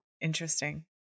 interesting